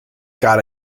got